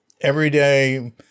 everyday